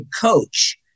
coach